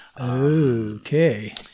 Okay